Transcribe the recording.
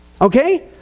Okay